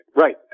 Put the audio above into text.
Right